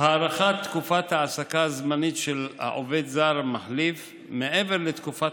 הארכת תקופת ההעסקה הזמנית של העובד הזר המחליף מעבר לתקופת